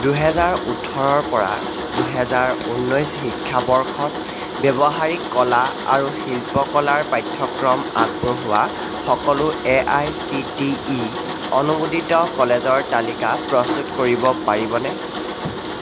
দুই হাজাৰ ওঠৰৰ পৰা দুই হাজাৰ ঊনৈছ শিক্ষাবৰ্ষত ব্যৱহাৰিক কলা আৰু শিল্পকলাৰ পাঠ্যক্ৰম আগবঢ়োৱা সকলো A I C T E অনুমোদিত কলেজৰ তালিকা প্ৰস্তুত কৰিব পাৰিবনে